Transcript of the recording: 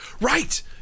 Right